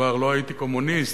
כבר לא הייתי קומוניסט,